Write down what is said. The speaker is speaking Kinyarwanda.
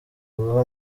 guha